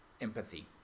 empathy